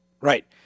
Right